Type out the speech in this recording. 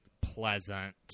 pleasant